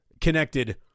connected